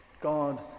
God